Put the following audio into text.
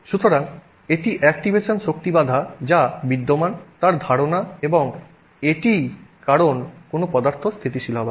সুতরাং এটি অ্যাক্টিভেশন শক্তি বাধা যা বিদ্যমান তার ধারণা এবং এটিই কারণ কোনো পদার্থ স্থিতিশীল হবার